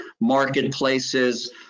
marketplaces